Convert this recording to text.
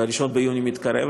ו-1 ביוני מתקרב,